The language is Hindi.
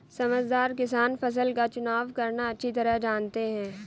समझदार किसान फसल का चुनाव करना अच्छी तरह जानते हैं